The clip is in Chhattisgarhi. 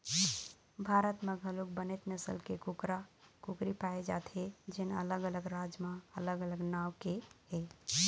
भारत म घलोक बनेच नसल के कुकरा, कुकरी पाए जाथे जेन अलग अलग राज म अलग अलग नांव के हे